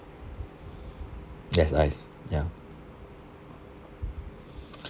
less ice ya